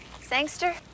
Sangster